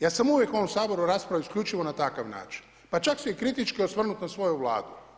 Ja sam uvijek u ovom Saboru raspravljao isključivo na takav način, pa čak se i kritički osvrnut na svoju Vladu.